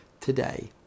today